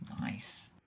Nice